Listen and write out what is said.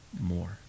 more